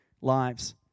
lives